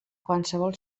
qualsevol